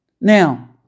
Now